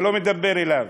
זה לא מדבר אליו?